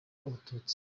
abatutsi